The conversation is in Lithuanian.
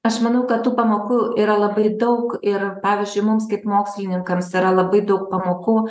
aš manau kad tų pamokų yra labai daug ir pavyzdžiui mums kaip mokslininkams yra labai daug pamokų